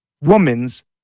woman's